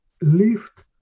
lift